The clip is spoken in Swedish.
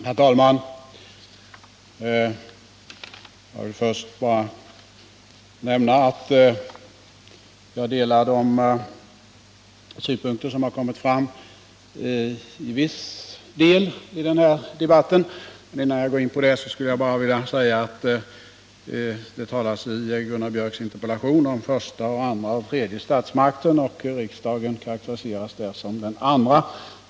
Herr talman! Jag vill först nämna att jag i viss utsträckning delar de synpunkter som kommit fram i debatten. Innan jag går vidare skulle jag bara vilja säga att det i Gunnar Biörcks i Värmdö interpellation talas om den första, den andra och den tredje statsmakten, varvid riksdagen karakteriseras som den andra.